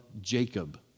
Jacob